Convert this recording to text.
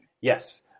Yes